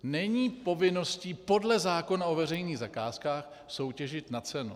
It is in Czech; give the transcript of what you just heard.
Není povinností podle zákona o veřejných zakázkách soutěžit na cenu.